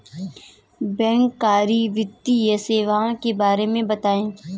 बैंककारी वित्तीय सेवाओं के बारे में बताएँ?